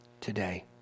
today